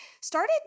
started